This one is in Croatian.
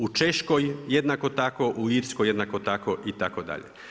U Češkoj jednako tako, u Irskoj jednako tako itd.